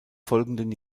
folgenden